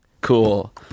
Cool